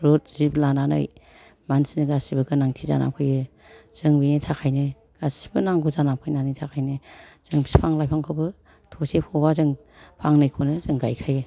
रुब जिब लानानै मानसिनो गासिबो गोनांथि जाना फैयो जों बेनि थाखायनो गासिबो नांगौ जाना फैनायनि थाखायनो जों बिफां लाइफांखौबो थसे फबा जों फांनैखौनो जों गायखायो